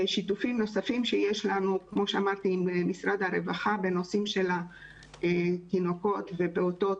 שיתופים נוספים שיש לנו הם עם משרד הרווחה בנושאים של תינוקות ופעוטות